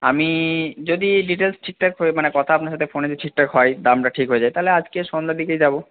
আমি যদি ডিটেইলস ঠিকঠাক মানে কথা আপনার সাথে ফোনে যদি ঠিকঠাক হয় দামটা ঠিক হয়ে যায় তাহলে আজকে সন্ধ্যার দিকেই যাব